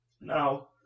now